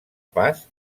pas